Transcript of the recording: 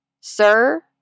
Sir